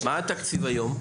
התקציב היום?